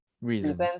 reasons